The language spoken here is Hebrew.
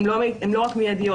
הם לא רק מידיות,